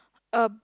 a